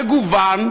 המגוון,